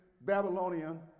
Babylonian